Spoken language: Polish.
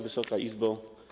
Wysoka Izbo!